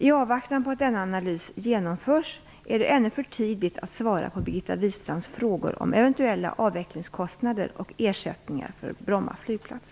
I avvaktan på att denna analys genomförs är det ännu för tidigt att svara på Birgitta Wistrands frågor om eventuella avvecklingskostnader och ersättningar för Bromma flygplats.